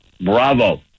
Bravo